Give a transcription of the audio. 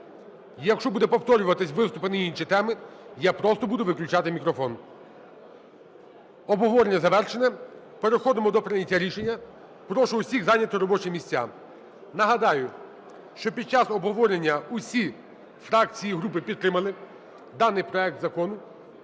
Якщо будуть повторюватись виступи на інші теми, я просто буду виключати мікрофон. Обговорення завершено. Переходимо до прийняття рішення. Прошу всіх зайняти робочі місця. Нагадую, що під час обговорення всі фракції і групи підтримали даний проект закону.